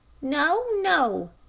no, no,